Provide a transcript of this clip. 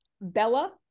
Bella